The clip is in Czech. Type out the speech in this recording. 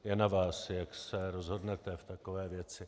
Je na vás, jak se rozhodnete v takové věci.